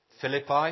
Philippi